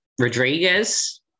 Rodriguez